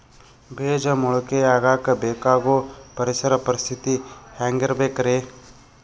ಬೇಜ ಮೊಳಕೆಯಾಗಕ ಬೇಕಾಗೋ ಪರಿಸರ ಪರಿಸ್ಥಿತಿ ಹ್ಯಾಂಗಿರಬೇಕರೇ?